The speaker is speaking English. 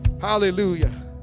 Hallelujah